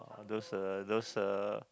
those uh those uh